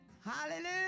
Hallelujah